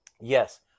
Yes